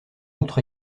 outre